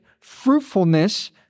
fruitfulness